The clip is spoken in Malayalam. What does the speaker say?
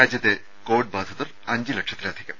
രാജ്യത്തെ കോവിഡ് ബാധിതർ അഞ്ച് ലക്ഷത്തിലധികം